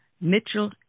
Mitchell